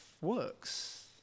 works